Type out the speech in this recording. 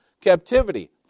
Captivity